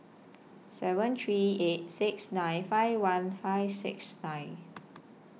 seven three eight six nine five one five six nine